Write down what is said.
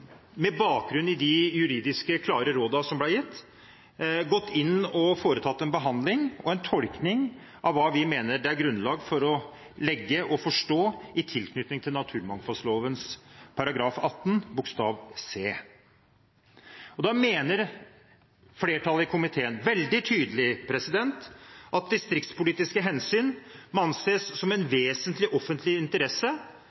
På bakgrunn av de klare juridiske rådene som ble gitt, har komiteen gått inn og foretatt en behandling og tolkning av hva vi mener det er grunnlag for å forstå i tilknytning til naturmangfoldloven § 18 bokstav c. Flertallet i komiteen mener veldig tydelig at distriktspolitiske hensyn må anses som en